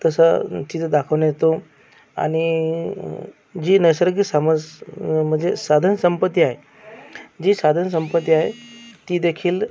तसा तिथं दाखवण्यात येतो आणि जी नैसर्गिक सामस् म्हणजे साधनसंपत्ती आहे जी साधनसंपत्ती आहे तीदेखील